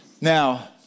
Now